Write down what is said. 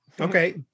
Okay